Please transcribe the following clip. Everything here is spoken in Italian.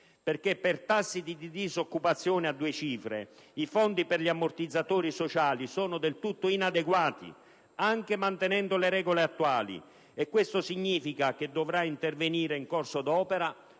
perché, per tassi di disoccupazione a due cifre, i fondi per gli ammortizzatori sociali sono del tutto inadeguati, anche mantenendo le regole attuali, e questo significa che dovrà intervenire in corso d'opera